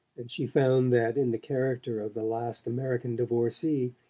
and she found that, in the character of the last american divorcee,